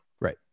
Right